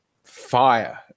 fire